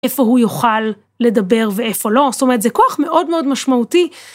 איפה הוא יוכל לדבר ואיפה לא, זאת אומרת זה כוח מאוד מאוד משמעותי.